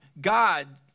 God